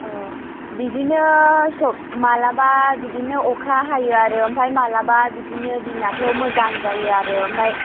ओ बिदिनो माब्लाबा बिदिनो अखा हायो आरो ओमफ्राय माब्लाबा बिदिनो ओ दिनाथ' मोजां जायो आरो ओमफ्राय